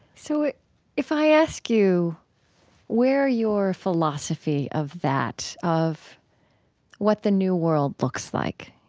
so if i ask you where your philosophy of that, of what the new world looks like,